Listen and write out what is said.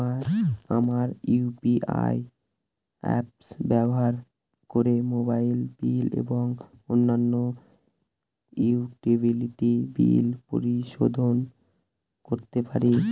আমরা UPI apps ব্যবহার করে মোবাইল বিল এবং অন্যান্য ইউটিলিটি বিল পরিশোধ করতে পারি